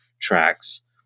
tracks